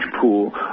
pool